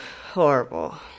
horrible